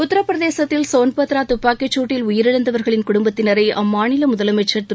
உத்திரப்பிரதேசத்தில் சோள்பத்ரா துப்பாக்கிச்சூட்டில் உயிரிழந்தவர்களின் குடும்பத்தினரை அம்மாநில முதலமைச்சா் திரு